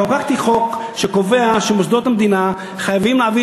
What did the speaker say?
חוקקתי חוק שקובע שמוסדות המדינה חייבים להעביר